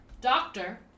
doctor